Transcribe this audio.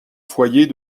foyer